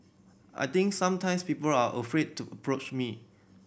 I think sometimes people are afraid to approach me